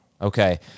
Okay